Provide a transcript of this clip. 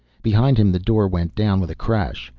behind him the door went down with a crash.